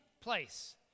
place